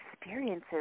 experiences